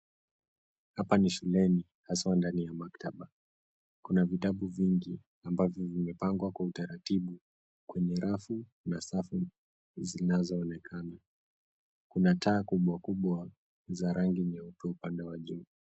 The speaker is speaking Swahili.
Hapa ni shuleni hasa ndani ya maktaba. Kuna vitabu vingi ambavyo vimepangwa kwa utaratibu kwenye rafu na safu zinazoonekana. Kuna taa kubwa kubwa za rangi nyeupe upande wa juu.